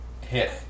Hit